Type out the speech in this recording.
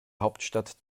hauptstadt